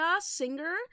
Singer